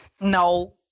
No